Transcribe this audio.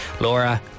Laura